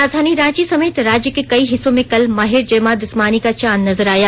राजधानी रांची समेत राज्य के कई हिस्सों में कल माहिर जमादिस्सानी का चांद नजर आया